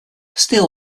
steele